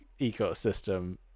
ecosystem